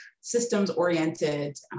systems-oriented